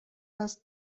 است